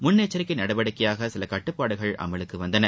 முன்னெச்சரிக்கை நடவடிக்கையாக சில கட்டுப்பாடுகள் அமலுக்கு வந்தன